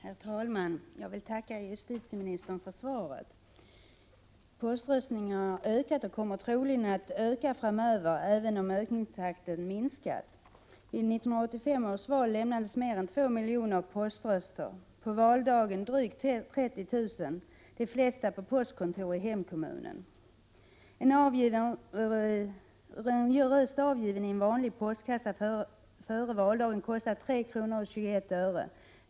Herr talman! Jag vill tacka justitieministern för svaret. Poströstningen har ökat och kommer troligen att öka framöver, även om ökningstakten minskat. Vid 1985 års val lämnades mer än 2 miljoner poströster. På valdagen lämnades drygt 30 000, de flesta på postkontor i hemkommunen. En röst avgiven i en vanlig postkassa före valdagen kostade 3:21 kr.